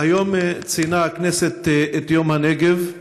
היום ציינה הכנסת את יום הנגב,